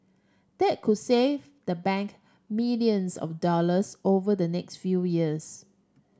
that could save the bank millions of dollars over the next few years